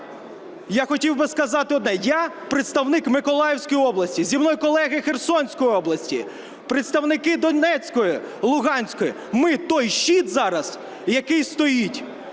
Я хотів би сказати одне: я представник Миколаївської області, зі мною колеги Херсонської області, представники Донецької, Луганської, ми той щит зараз, який стоїть.